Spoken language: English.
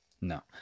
No